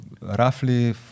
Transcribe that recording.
roughly